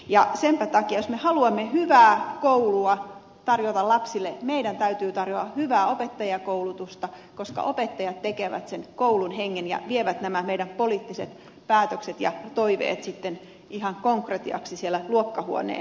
ja senpä takia jos me haluamme hyvää koulua tarjota lapsille meidän täytyy tarjota hyvää opettajakoulutusta koska opettajat tekevät sen koulun hengen ja vievät nämä meidän poliittiset päätöksemme ja toiveemme sitten ihan konkretiaksi siellä luokkahuoneen tasolla